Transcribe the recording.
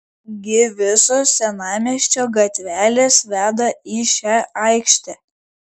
gi visos senamiesčio gatvelės veda į šią aikštę